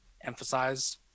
emphasize